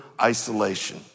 isolation